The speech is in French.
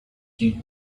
qu’il